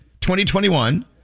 2021